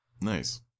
Nice